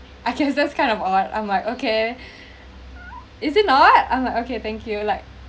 I guess that's kind of odd I'm like okay is it not I'm like okay thank you like